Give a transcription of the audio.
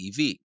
EV